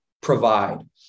provide